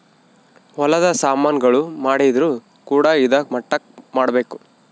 ಹೊಲದ ಸಾಮನ್ ಗಳು ಮಾಡಿದ್ರು ಕೂಡ ಇದಾ ಮಟ್ಟಕ್ ಮಾಡ್ಬೇಕು